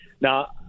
Now